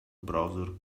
browser